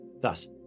Thus